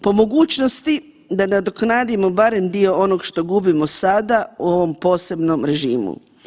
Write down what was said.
Po mogućnosti da nadoknadimo barem dio onog što gubimo sada u ovom posebnom režimu.